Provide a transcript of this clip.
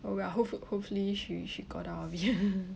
oh well hopeful hopefully she she got out of it